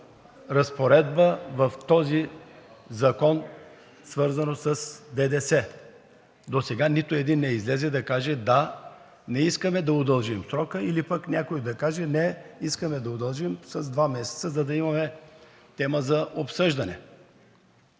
разпоредба в този закон, свързано с ДДС. Досега нито един не излезе да каже: да, не искаме да удължим срока, или пък някой да каже: не, искаме да удължим с два месеца, за да имаме тема за обсъждане.